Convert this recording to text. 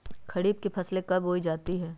खरीफ की फसल कब उगाई जाती है?